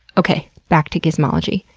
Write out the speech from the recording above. okay. back to gizmology.